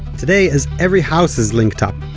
today, as every house is linked up,